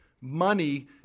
money